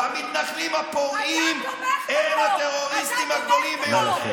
והמתנחלים הפורעים הם הטרוריסטים הגדולים ביותר.